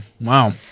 Wow